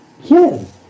Yes